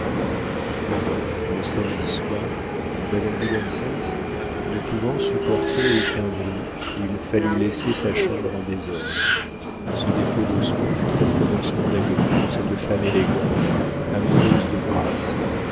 enfin le samedi soir madame willemsens ne pouvant supporter aucun bruit il fallut laisser sa chambre en désordre ce défaut de soin fut un commencement d'agonie pour cette femme élégante amoureuse de grâce